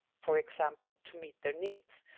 for example, to meet their needs.